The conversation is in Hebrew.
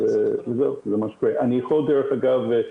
דרך אגב,